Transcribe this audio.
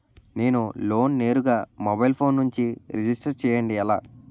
నేను లోన్ నేరుగా mobile phone నుంచి రిజిస్టర్ చేయండి ఎలా?